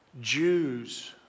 Jews